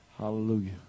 Hallelujah